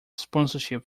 sponsorship